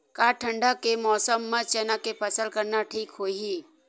का ठंडा के मौसम म चना के फसल करना ठीक होही?